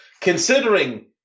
Considering